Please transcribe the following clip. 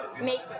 make